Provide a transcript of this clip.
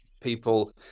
people